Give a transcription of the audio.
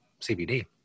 CBD